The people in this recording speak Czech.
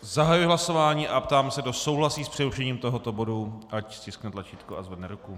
Zahajuji hlasování a ptám se, kdo souhlasí s přerušením tohoto bodu, ať stiskne tlačítko a zvedne ruku.